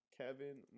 Kevin